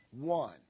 One